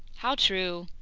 how true!